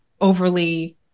overly